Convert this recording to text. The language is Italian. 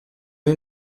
due